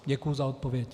Děkuji za odpověď.